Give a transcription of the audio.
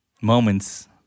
moments